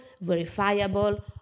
verifiable